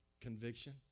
conviction